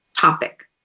topic